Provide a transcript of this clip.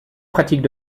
pratique